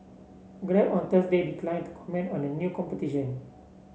grab on Thursday declined to comment on the new competition